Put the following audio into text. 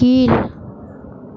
கீழ்